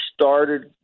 started